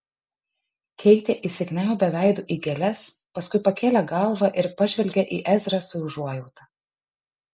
keitė įsikniaubė veidu į gėles paskui pakėlė galvą ir pažvelgė į ezrą su užuojauta